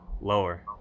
Lower